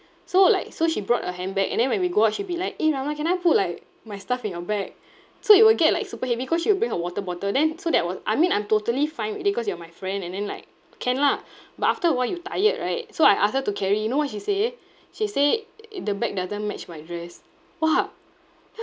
so like so she brought a handbag and then when we go out she'd be like eh Ramlah can I put like my stuff in your bag so it will get like super heavy cause she will bring her water bottle then so that was I mean I'm totally fine with it cause you're my friend and then like can lah but after a while you tired right so I ask her to carry you know what she say she say the bag doesn't match my dress !wah!